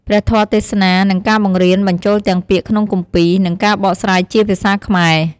ព្រះធម៌ទេសនា និងការបង្រៀនបញ្ចូលទាំងពាក្យក្នុងគម្ពីរ និងការបកស្រាយជាភាសាខ្មែរ។